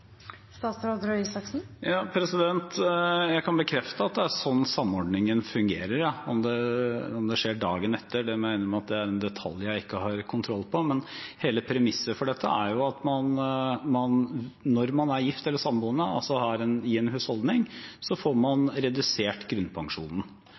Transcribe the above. Jeg kan bekrefte at det er sånn samordningen fungerer. Om det skjer dagen etter, må jeg innrømme at er en detalj jeg ikke har kontroll på. Men hele premisset for dette er at man, når man er gift eller samboende, altså er i en husholdning, får redusert grunnpensjonen. Så